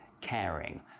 caring